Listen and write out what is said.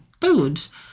foods